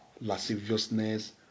lasciviousness